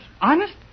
Honest